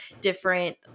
different